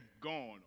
gone